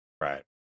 Right